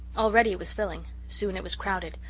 already it was filling soon it was crowded.